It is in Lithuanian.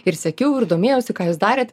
ir sekiau ir domėjausi ką jūs darėt